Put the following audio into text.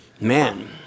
Man